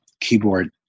keyboard